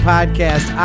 Podcast